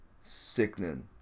sickening